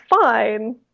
fine